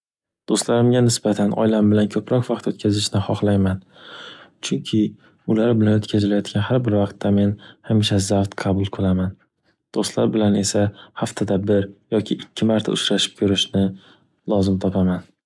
Do’stlarimga nisbatan oilam bilan ko’proq vaqt o’tkazishni xohlayman. Chunki ular bilan o’tkazilayotgan har bir vaqtda hamisha zavq qabul qilaman. Do’stlar bilan esa haftada bir yoki ikki marta uchrashib ko’rishni lozim topaman.